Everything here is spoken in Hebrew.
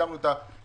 כשהקדמנו את המענק.